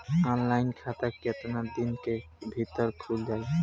Online खाता केतना दिन के भीतर ख़ुल जाई?